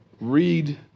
read